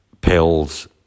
pills